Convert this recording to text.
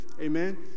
amen